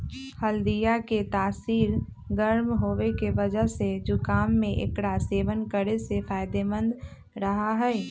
हल्दीया के तासीर गर्म होवे के वजह से जुकाम में एकरा सेवन करे से फायदेमंद रहा हई